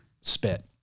spit